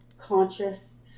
conscious